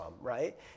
right